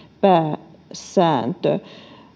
pääsääntö